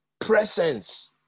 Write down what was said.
presence